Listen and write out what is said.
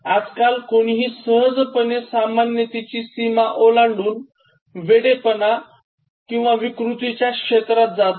आजकाल कोणीही सहजपणे सामान्यतेची सीमा ओलांडून वेडेपणा किंवा विकृतीच्या क्षेत्रात जातो